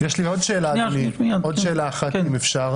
יש לי עוד שאלה אדוני, עוד שאלה אחת אם אפשר.